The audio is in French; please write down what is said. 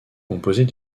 composée